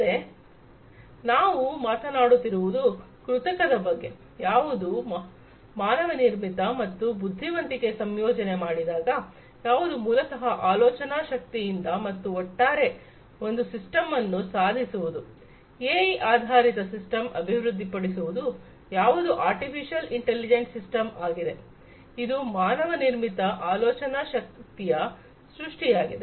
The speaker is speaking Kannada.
ಮತ್ತೆ ನಾವು ಮಾತನಾಡುತ್ತಿರುವುದು ಕೃತಕದ ಬಗ್ಗೆ ಯಾವುದು ಮಾನವನಿರ್ಮಿತ ಮತ್ತು ಬುದ್ಧಿವಂತಿಕೆ ಸಂಯೋಜನೆ ಮಾಡಿದಾಗ ಯಾವುದು ಮೂಲತಃ ಆಲೋಚನಾ ಶಕ್ತಿಯಿಂದ ಮತ್ತು ಒಟ್ಟಾರೆ ಒಂದು ಸಿಸ್ಟಮನ್ನು ಸಾಧಿಸುವುದು ಎಐ ಆಧಾರಿತ ಸಿಸ್ಟಮ್ ಅಭಿವೃದ್ಧಿಪಡಿಸುವುದು ಯಾವುದು ಆರ್ಟಿಫಿಶಿಯಲ್ ಇಂಟಲಿಜೆಂಟ್ ಸಿಸ್ಟಮ್ ಆಗಿದೆ ಇದು ಮಾನವ ನಿರ್ಮಿತ ಆಲೋಚನಾ ಶಕ್ತಿಯ ಸೃಷ್ಟಿಯಾಗಿದೆ